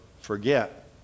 forget